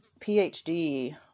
PhD